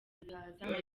ibihaza